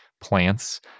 plants